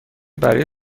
برای